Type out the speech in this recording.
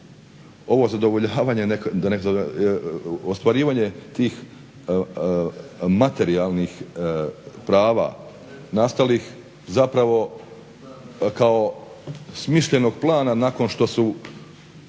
ovo zadovoljavanje, ostvarivanje tih materijalnih prava nastalih zapravo kao smišljenog plana nakon što je